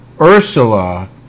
Ursula